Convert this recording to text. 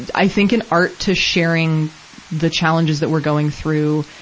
and i think an art to sharing the challenges that we're going through.